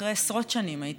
אחרי עשרות שנים של